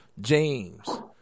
James